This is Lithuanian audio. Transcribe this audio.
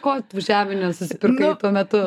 ko tu žemių nesusipirkai tuo metu